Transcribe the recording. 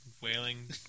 wailing